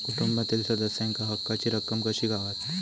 कुटुंबातील सदस्यांका हक्काची रक्कम कशी गावात?